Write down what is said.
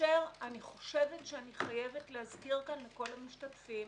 ואני חושבת שאני חייבת להזכיר כאן לכל המשתתפים